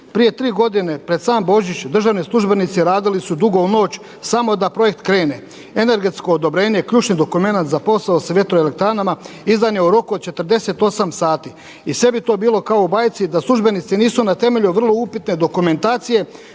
Prije 3 godine pred sam Božić državni službenici radili su dugo u noć samo da projekt krene. Energetsko odobrenje je ključni dokument za posao sa vjetroelektranama, izdan je u roku od 48 sati. I sve bi to bilo kao u bajci da službenici nisu na temelju vrlo upitne dokumentacije